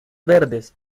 verdes